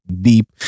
deep